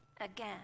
again